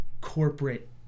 corporate